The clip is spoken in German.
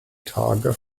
tage